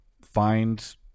find